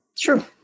True